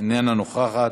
אינה נוכחת.